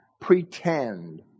pretend